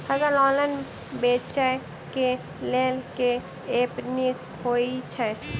फसल ऑनलाइन बेचै केँ लेल केँ ऐप नीक होइ छै?